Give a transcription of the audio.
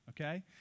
okay